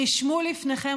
רשמו לפניכם,